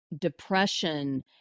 depression